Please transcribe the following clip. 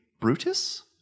Brutus